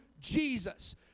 Jesus